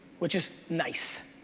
which is nice,